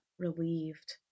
relieved